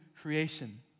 creation